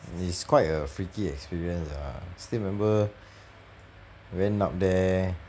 it's quite a freaky experience ah still remember went up there